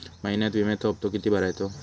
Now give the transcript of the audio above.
महिन्यात विम्याचो हप्तो किती भरायचो?